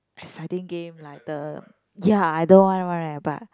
exciting game like the ya either one one right but